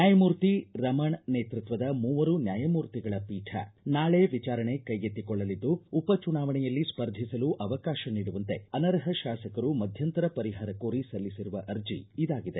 ನ್ಯಾಯಮೂರ್ತಿ ರಮಣ ನೇತೃತ್ವದ ಮೂವರು ನ್ಯಾಯಮೂರ್ತಿಗಳ ಪೀಠ ನಾಳೆ ವಿಚಾರಣೆ ಕೈಗೆತ್ತಿಕೊಳ್ಳಲಿದ್ದು ಉಪ ಚುನಾವಣೆಯಲ್ಲಿ ಸ್ಪರ್ಧಿಸಲು ಅವಕಾಶ ನೀಡುವಂತೆ ಅನರ್ಹ ಶಾಸಕರು ಮಧ್ಯಂತರ ಪರಿಹಾರ ಕೋರಿ ಸಲ್ಲಿಸಿರುವ ಅರ್ಜಿ ಇದಾಗಿದೆ